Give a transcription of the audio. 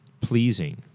pleasing